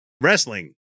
Wrestling